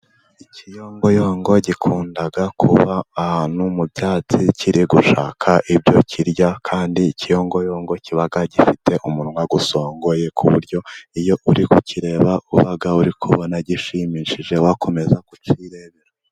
Ikiyongoyongo gikunda kuba ahantu mu cyatsi kiri gushaka ibyo kirya, kandi ikyongoyongo kiba gifite umunwa usongoye ku buryo iyo uri kukireba uba uri kubona gishimishije, wakomeza kukirebera.